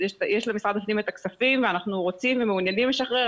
יש למשרד הפנים את הכספים ואנחנו רוצים ומעוניינים לשחרר.